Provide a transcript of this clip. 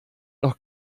noch